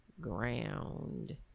ground